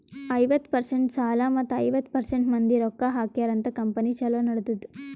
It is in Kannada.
ಐವತ್ತ ಪರ್ಸೆಂಟ್ ಸಾಲ ಮತ್ತ ಐವತ್ತ ಪರ್ಸೆಂಟ್ ಮಂದಿ ರೊಕ್ಕಾ ಹಾಕ್ಯಾರ ಅಂತ್ ಕಂಪನಿ ಛಲೋ ನಡದ್ದುದ್